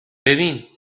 ببین